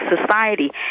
society